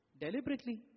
Deliberately